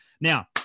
Now